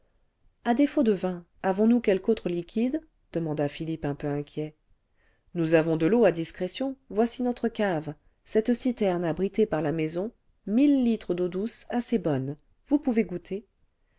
a défaut de vin avons-nous quelque autre liquide demanda philippe un peu inquiet nous avons de l'eau à discrétion voici notre cave cette citerne abritée par la maison mille litres d'eau douce assez bonne vous pouvez goûter